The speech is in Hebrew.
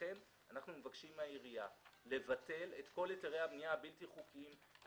לכן אנחנו מבקשים מן העירייה לבטל את כל היתרי הבנייה הבלתי חוקיים.